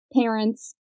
parents